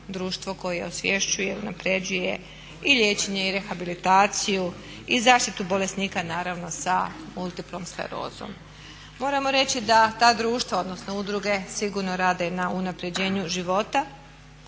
društvo koje osvješćuje, unaprjeđuje i liječenje i rehabilitaciju, i zaštitu bolesnika naravno s multiplom sklerozom. Moramo reći da ta društva odnosno udruge sigurno rade na unaprjeđenju života.